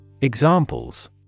Examples